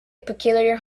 peculiar